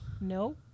No